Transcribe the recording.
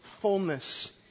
fullness